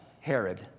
Herod